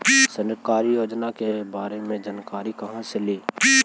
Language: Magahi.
सरकारी योजना के बारे मे जानकारी कहा से ली?